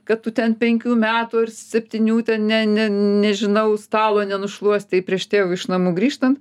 kad tu ten penkių metų ar septynių ten ne ne nežinau stalo nenušluostei prieš tėvui iš namų grįžtant